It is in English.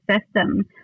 system